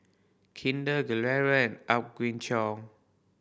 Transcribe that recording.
Kinder Gilera and Apgujeong